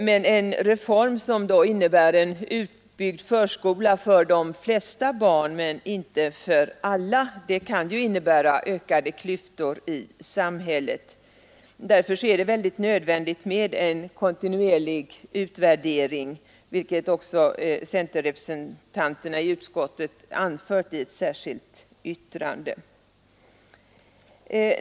Men en reform med en utbyggd förskola för de flesta men inte för alla barn kan innebära ökade klyftor i samhället. Därför är det nödvändigt med en kontinuerlig utvärdering, vilket också centerrepresentanterna i utskottet anfört i ett särskilt yttrande.